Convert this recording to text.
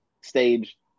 stage